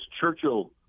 Churchill